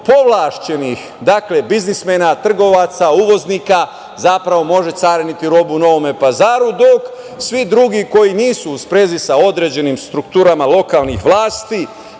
povlašćenih biznismena, trgovaca, uvoznika može cariniti robu u Novom Pazaru, dok svi drugi, koji nisu u sprezi sa određenim strukturama lokalnih vlasti